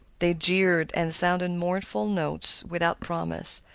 they jeered and sounded mournful notes without promise,